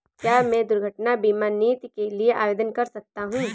क्या मैं दुर्घटना बीमा नीति के लिए आवेदन कर सकता हूँ?